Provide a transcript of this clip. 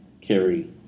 carry